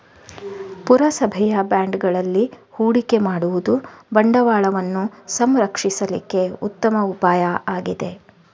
ಪುರಸಭೆಯ ಬಾಂಡುಗಳಲ್ಲಿ ಹೂಡಿಕೆ ಮಾಡುದು ಬಂಡವಾಳವನ್ನ ಸಂರಕ್ಷಿಸ್ಲಿಕ್ಕೆ ಉತ್ತಮ ಉಪಾಯ ಆಗಿದೆ